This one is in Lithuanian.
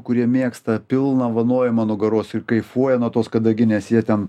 kurie mėgsta pilną vanojimą nugaros ir kaifuoja nuo tos kadaginės jie ten